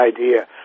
idea